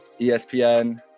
ESPN